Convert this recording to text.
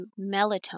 melatonin